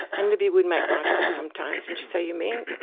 and libby would make light of it sometimes and she'd say you mean